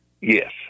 Yes